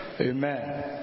Amen